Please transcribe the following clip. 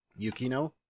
Yukino